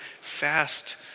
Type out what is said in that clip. fast